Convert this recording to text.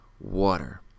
water